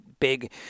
big